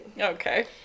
Okay